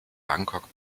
bangkok